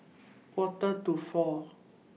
Quarter to four